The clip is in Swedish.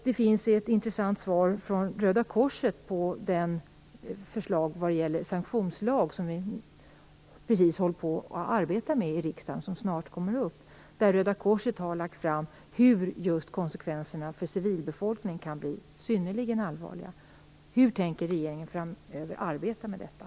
Det finns ett intressant svar från Röda korset på det förslag till sanktionslag som vi i riksdagen arbetar med och som snart kommer upp till avgörande. Röda korset har där redovisat hur konsekvenserna för civilbefolkningen kan bli synnerligen allvarliga. Hr tänker regeringen framöver arbeta med detta?